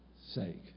sake